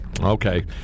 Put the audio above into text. Okay